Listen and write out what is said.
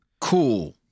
Cool